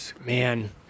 Man